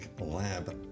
Lab